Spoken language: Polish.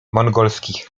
mongolskich